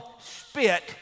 spit